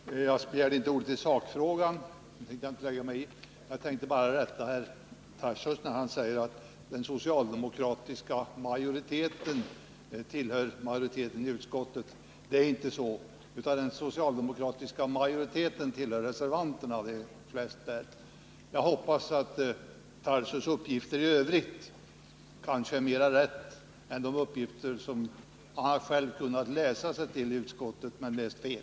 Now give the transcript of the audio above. Fru talman! Jag har inte begärt ordet för att yttra mig i sakfrågan — den tänker jag inte lägga mig i — utan för att rätta Daniel Tarschys på en punkt. Han sade att den socialdemokratiska majoriteten tillhör majoriteten i utskottet. Det är inte så, utan den socialdemokratiska majoriteten tillhör reservanterna. Jag hoppas att Daniel Tarschys uppgifter i övrigt är mer korrekta än de uppgifter som han har kunnat läsa sig till i utskottsbetänkandet men läst fel.